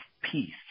peace